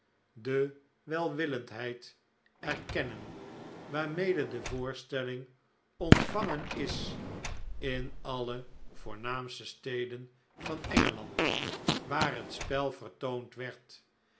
de welwillendheid erkennen waarmee de voorstelling ontvangen is in alle voornaamste steden van engeland waar het spel vertoond werd